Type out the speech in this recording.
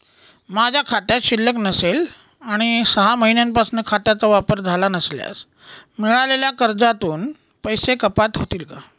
माझ्या खात्यात शिल्लक नसेल आणि सहा महिन्यांपासून खात्याचा वापर झाला नसल्यास मिळालेल्या कर्जातून पैसे कपात होतील का?